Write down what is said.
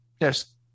yes